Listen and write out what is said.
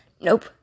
Nope